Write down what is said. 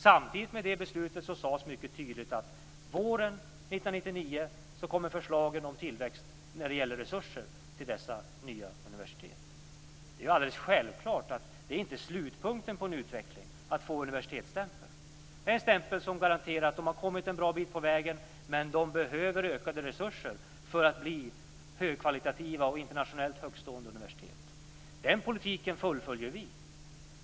Samtidigt med det beslutet sades mycket tydligt att våren 1999 kommer förslagen om tillväxt när det gäller resurser till dessa nya universitet. Det är alldeles självklart att det inte är slutpunkten på en utveckling att få universitetsstämpel. Det är en stämpel som garanterar att de har kommit en bra bit på vägen, men de behöver ökade resurser för att bli högkvalitativa och internationellt högtstående universitet. Den politiken fullföljer vi.